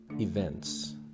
events